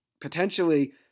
potentially